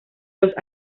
los